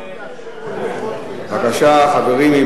בבקשה, חברים.